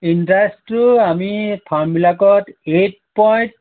ইণ্টাৰেষ্টটো আমি ফাৰ্মবিলাকত এইট পইণ্ট